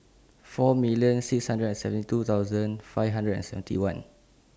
four million six hundred and seventy two thousand five hundred and seventy one